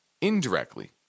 indirectly